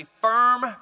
firm